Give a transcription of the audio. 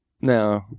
No